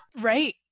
Right